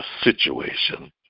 situation